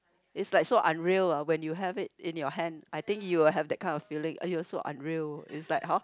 it's like so unreal ah when you have it in your hand I think you will have that kind of feeling !aiyo! so unreal is like how